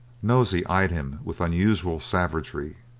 nosey eyed him with unusual savagery,